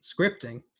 Scripting